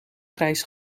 grijs